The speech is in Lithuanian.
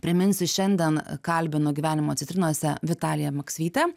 priminsiu šiandien kalbinu gyvenimo citrinose vitaliją maksvytę